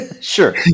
sure